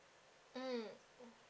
mm